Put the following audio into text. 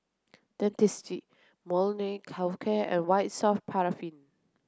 Dentiste Molnylcke care and White soft paraffin